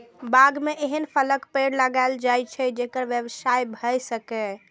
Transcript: बाग मे एहन फलक पेड़ लगाएल जाए छै, जेकर व्यवसाय भए सकय